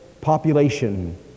population